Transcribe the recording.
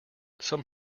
some